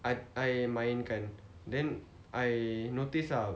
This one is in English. I I main kan then I noticed ah